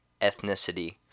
ethnicity